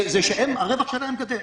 זה שהרווח שלהם גדל,